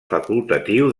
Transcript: facultatiu